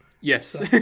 Yes